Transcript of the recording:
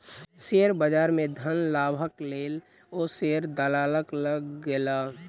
share बजार में धन लाभक लेल ओ शेयर दलालक लग गेला